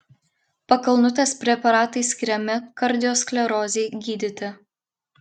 pakalnutės preparatai skiriami kardiosklerozei gydyti